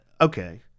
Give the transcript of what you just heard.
okay